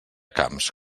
camps